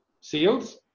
sales